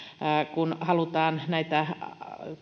kun halutaan näitä